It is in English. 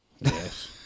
Yes